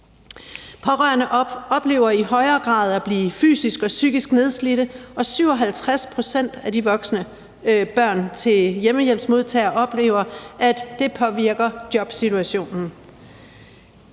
Pårørende oplever i højere grad at blive fysisk og psykisk nedslidt, og 57 pct. af de voksne børn til hjemmehjælpsmodtagere oplever, at det påvirker jobsituationen.